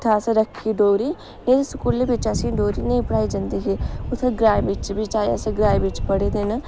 इत्थैं असें रक्खी डोगरी ते स्कूले बिच्च असें डोगरी नेईं पढ़ाई जंदी ही उत्थैं ग्राएं बिच्च बी चाएं अस ग्राएं बिच्च पढ़े दे न